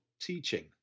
teaching